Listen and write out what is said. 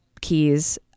keys